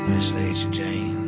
miss lacy jane